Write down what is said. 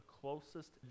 closest